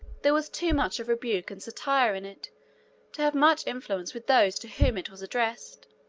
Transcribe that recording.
there was too much of rebuke and satire in it to have much influence with those to whom it was addressed.